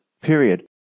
period